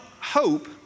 hope